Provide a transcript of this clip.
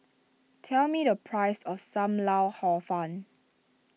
tell me the price of Sam Lau Hor Fun